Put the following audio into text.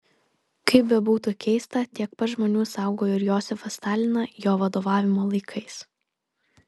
kaip bebūtų keista tiek pat žmonių saugojo ir josifą staliną jo vadovavimo laikais